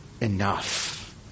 enough